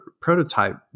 prototype